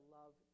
love